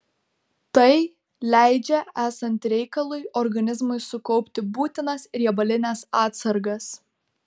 tai leidžia esant reikalui organizmui sukaupti būtinas riebalines atsargas